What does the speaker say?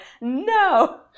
no